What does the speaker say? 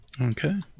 Okay